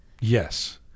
Yes